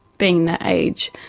being that age,